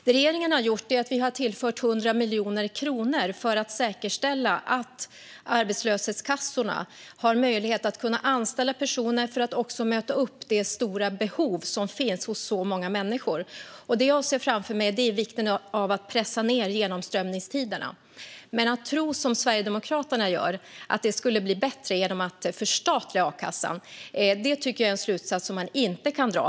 Det regeringen har gjort är att vi har tillfört 100 miljoner kronor för att säkerställa att arbetslöshetskassorna har möjlighet att anställa personer för att möta upp det stora behov som finns hos så många människor. Det jag ser framför mig är vikten av att pressa ned genomströmningstiderna. Sverigedemokraterna tror att det skulle bli bättre genom att förstatliga a-kassan. Det tycker jag är en slutsats som man inte kan dra.